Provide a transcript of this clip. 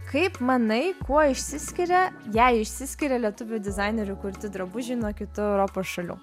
kaip manai kuo išsiskiria jei išsiskiria lietuvių dizainerių kurti drabužiai nuo kitų europos šalių